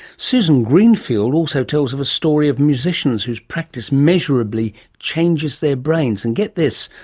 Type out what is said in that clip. susan greenfield also tells of a story of musicians whose practice measurably changes their brains. and, get this,